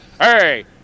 Hey